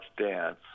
dance